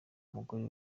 umugore